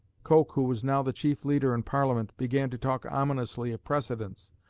coke, who was now the chief leader in parliament, began to talk ominously of precedents,